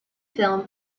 film